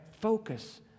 focus